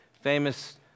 famous